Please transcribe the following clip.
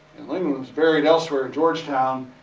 and lingan was buried elsewhere georgetown,